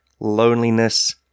loneliness